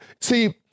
See